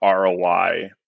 ROI